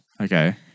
Okay